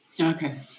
Okay